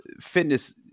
fitness